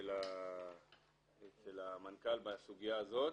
אצל המנכ"ל בסוגיה הזאת,